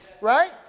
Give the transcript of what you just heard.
Right